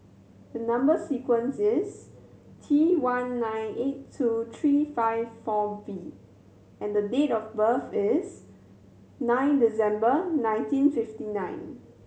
the number sequence is T one nine eight two three five four V and date of birth is nine December nineteen fifty nine